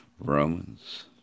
Romans